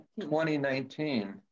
2019